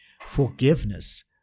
Forgiveness